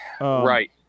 Right